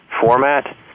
format